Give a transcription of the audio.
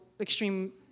extreme